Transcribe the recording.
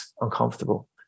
uncomfortable